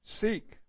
Seek